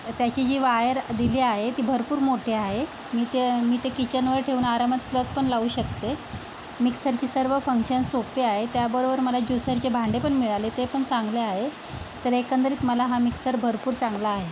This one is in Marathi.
तर त्याची जी वायर दिली आहे ती भरपूर मोठे आहे मी ते मी ते किचनवर ठेवून आरामात प्लग पण लावू शकते मिक्सरची सर्व फंक्शन सोपे आहे त्याबरोबर मला ज्यूसरचे भांडेपण मिळाले ते पण चांगले आहे तर एकंदरीत मला हा मिक्सर भरपूर चांगला आहे